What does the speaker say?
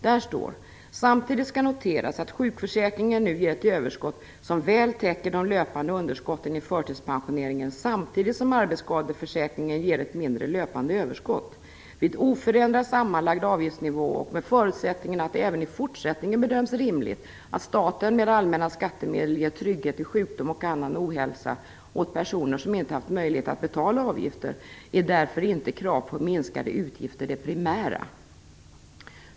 Där står: "Samtidigt skall noteras att sjukförsäkringen nu ger ett överskott som väl täcker de löpande underskotten i förtidspensioneringen samtidigt som arbetsskadeförsäkringen ger ett mindre löpande överskott. Vid oförändrad sammanlagd avgiftsnivå och med förutsättningen att det även i fortsättningen bedöms rimligt att staten med allmänna skattemedel ger trygghet vid sjukdom och annan ohälsa åt personer som inte haft möjlighet att betala avgifter, är därför inte krav på minskade utgifter det primära."